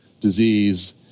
disease